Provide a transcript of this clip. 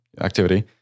activity